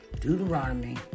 Deuteronomy